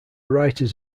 writers